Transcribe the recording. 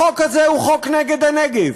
החוק הזה הוא חוק נגד הנגב,